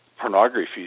pornography